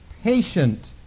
Patient